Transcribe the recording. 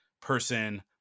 person